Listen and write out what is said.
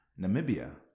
Namibia